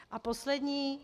A poslední.